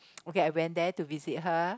okay I went there to visit her